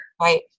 Right